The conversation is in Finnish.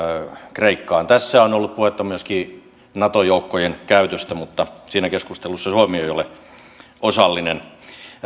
kreikkaan tässä on ollut puhetta myöskin nato joukkojen käytöstä mutta siinä keskustelussa suomi ei ole osallinen